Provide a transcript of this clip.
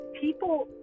people